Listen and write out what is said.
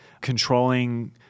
controlling